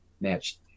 match